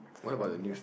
from here